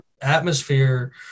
atmosphere